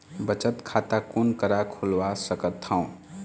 बचत खाता कोन करा खुलवा सकथौं?